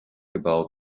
about